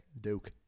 Duke